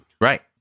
Right